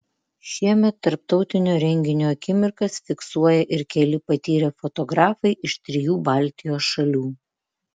šiemet tarptautinio renginio akimirkas fiksuoja ir keli patyrę fotografai iš trijų baltijos šalių